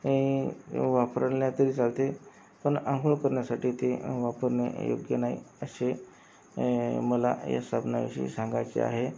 नाही वापरला तरी चालते पण आंघोळ करण्यासाठी ते वापरणे योग्य नाही असे मला या साबणाविषयी सांगायचे आहे